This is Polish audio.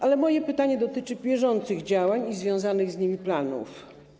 Ale moje pytanie dotyczy bieżących działań i związanych z nimi planów.